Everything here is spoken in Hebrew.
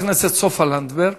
חברת הכנסת סופה לנדבר,